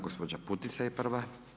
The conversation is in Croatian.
Gospođa Putica je prva.